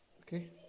Okay